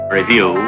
Review